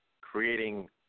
creating